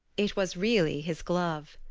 it was really his glove!